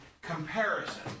comparison